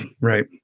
right